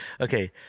Okay